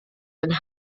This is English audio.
and